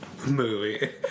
movie